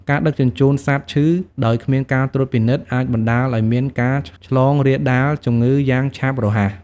ការដឹកជញ្ជូន សត្វឈឺ ដោយគ្មានការត្រួតពិនិត្យអាចបណ្តាលឱ្យមានការឆ្លងរាលដាលជំងឺយ៉ាងឆាប់រហ័ស។